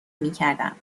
میکردم